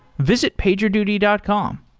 visit pagerduty dot com.